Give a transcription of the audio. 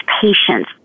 patience